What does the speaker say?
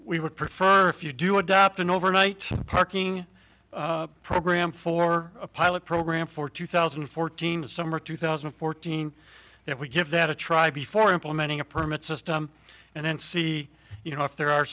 we would prefer if you do adopt an overnight parking program for a pilot program for two thousand and fourteen summer two thousand and fourteen if we give that a try before implementing a permit system and then see you know if there are